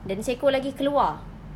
dan seekor lagi keluar